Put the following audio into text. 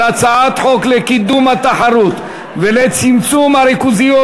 הצעת חוק לקידום התחרות ולצמצום הריכוזיות,